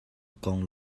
kong